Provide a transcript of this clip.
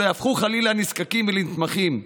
שלא יהפכו חלילה לנזקקים ולנתמכים,